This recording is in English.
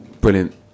Brilliant